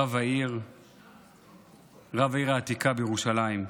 רב העיר העתיקה בירושלים,